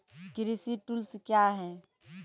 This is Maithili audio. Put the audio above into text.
कृषि टुल्स क्या हैं?